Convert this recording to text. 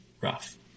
rough